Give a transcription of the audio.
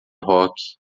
rock